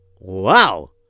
Wow